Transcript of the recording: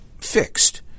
fixed